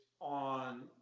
on